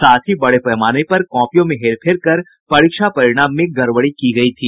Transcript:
साथ ही बड़े पैमाने पर कॉपियों में हेरफेर कर परीक्षा परिणाम में गड़बड़ी की गयी थी